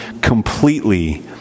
completely